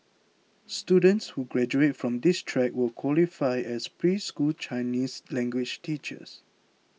students who graduate from this track will qualify as preschool Chinese language teachers